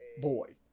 boy